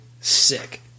sick